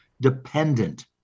dependent